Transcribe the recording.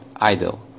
idle